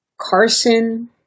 Carson